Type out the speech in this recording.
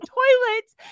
toilets